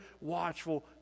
watchful